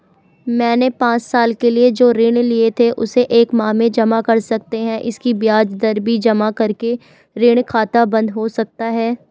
मैंने पांच साल के लिए जो ऋण लिए थे उसे एक माह में जमा कर सकते हैं इसकी ब्याज दर भी जमा करके ऋण खाता बन्द हो सकता है?